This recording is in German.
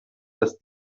dass